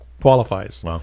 qualifies